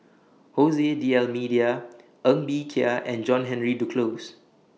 Jose D'almeida Ng Bee Kia and John Henry Duclos